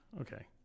Okay